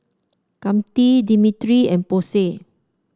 Katy Dimitri and Posey